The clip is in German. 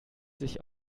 sich